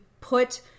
put